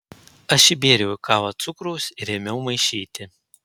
aš įbėriau į kavą cukraus ir ėmiau maišyti